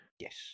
Yes